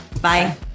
Bye